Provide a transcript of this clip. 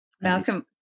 Malcolm